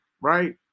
right